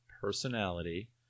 personality